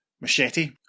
machete